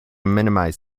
minimize